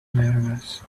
nervous